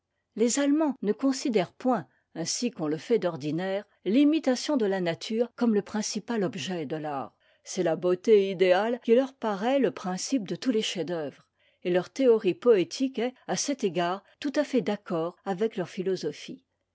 les allemands ne considèrent point ainsi qu'on le fait d'ordinaire l'imitation de la nature comme le principal objet de l'art c'est la beauté idéale qui leur paraît le principe de tous les chefs-d'œuvre et leur théorie poétique est à cet égard tout à fait d'accord avec leur philosophie